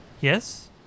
Yes